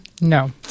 No